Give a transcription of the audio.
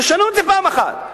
תשנו את זה פעם אחת.